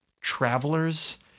travelers